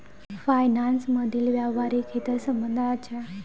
finance मधील व्यावहारिक हितसंबंधांच्या समस्या संगणकीय वित्ताने सोडवल्या जाऊ शकतात